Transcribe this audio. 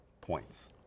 points